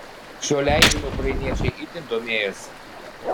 šiuo leidiniu ukrainiečiai itin domėjosi